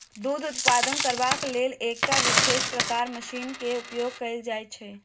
दूध उत्पादन करबाक लेल एकटा विशेष प्रकारक मशीन के उपयोग कयल जाइत छै